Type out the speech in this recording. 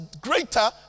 greater